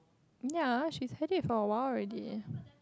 ya she hate it for awhile already